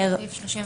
המשפט.